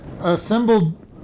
assembled